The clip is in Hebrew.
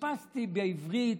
חיפשתי בעברית